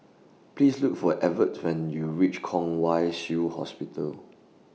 Please Look For Evertt when YOU REACH Kwong Wai Shiu Hospital